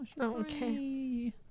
Okay